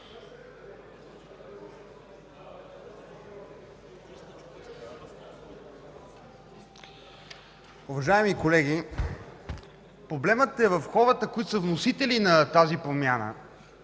Уважаеми колеги, проблемът е в хората, които са вносители на тази промяна,